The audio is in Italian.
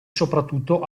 soprattutto